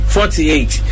Forty-eight